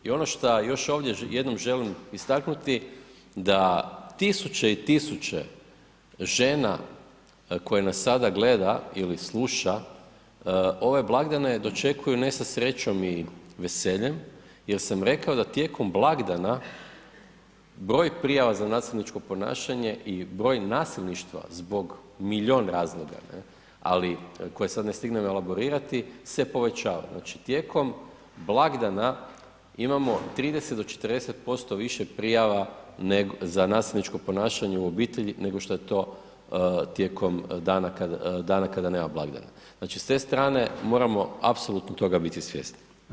I ono šta još ovdje jednom želim istaknuti da tisuće i tisuće žena koje nas sada gleda ili sluša ove blagdane dočekuju ne sa srećom i veseljem jer sam rekao da tijekom blagdana broj prijava za nasilničko ponašanje i broj nasilništva zbog milijun razloga ne, ali koje sam ne stignem elaborirati, se povećava, znači tijekom blagdana imamo 30 do 40% više prijava za nasilničko ponašanje u obitelji nego šta je to tijekom dana kad, dana kada nema blagdana, znači s te strane moramo apsolutno toga biti svjesni.